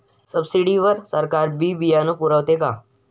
Subsidy वर सरकार बी बियानं पुरवते का?